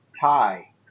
tie